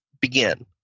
begin